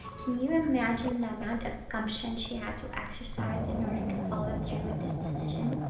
can you imagine the amount of gumption she had to exercise in order to follow through with this decision?